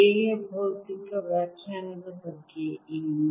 A ಯ ಭೌತಿಕ ವ್ಯಾಖ್ಯಾನದ ಬಗ್ಗೆ ಏನು